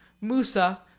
Musa